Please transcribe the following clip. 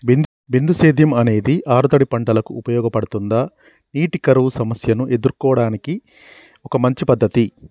బిందు సేద్యం అనేది ఆరుతడి పంటలకు ఉపయోగపడుతుందా నీటి కరువు సమస్యను ఎదుర్కోవడానికి ఒక మంచి పద్ధతి?